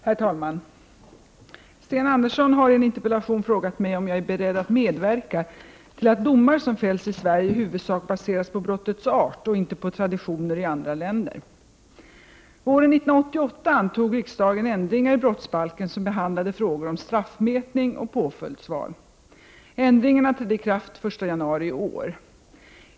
Herr talman! Sten Andersson i Malmö har i en interpellation frågat mig om jag är beredd att medverka till att domar som fälls i Sverige i huvudsak baseras på brottets art och inte på traditioner i andra länder. Våren 1988 antog riksdagen ändringar i brottsbalken som behandlade frågor om straffmätning och påföljdsval. Ändringarna trädde i kraft den 1 januari i år.